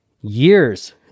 years